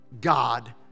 god